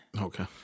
Okay